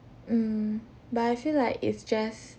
mm but I feel like it's just